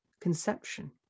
conception